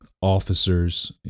officers